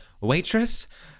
Waitress